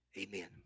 Amen